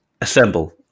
Assemble